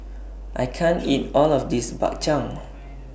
I can't eat All of This Bak Chang